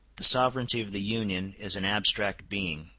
the sovereignty of the union is an abstract being,